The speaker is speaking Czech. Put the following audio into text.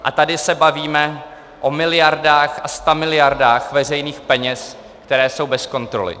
A tady se bavíme o miliardách a stamiliardách veřejných peněz, které jsou bez kontroly.